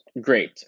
great